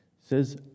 says